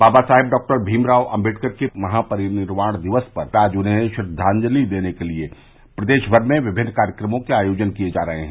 बाबा Saheb doctor Bhimrao Ambedkar की महापरिनिर्वाण दिवस पर आज उन्हें श्रद्वाजंति देने के लिए प्रदेश भर में विमिन्न कार्यक्रमों के आयोजन किए जा रहें हैं